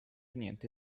niente